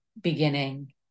beginning